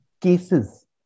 cases